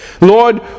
Lord